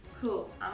Cool